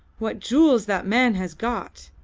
what jewels that man has got!